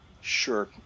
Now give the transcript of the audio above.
sure